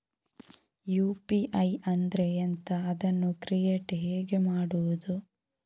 UPI ಅಂದ್ರೆ ಎಂಥ? ಅದನ್ನು ಕ್ರಿಯೇಟ್ ಹೇಗೆ ಮಾಡುವುದು?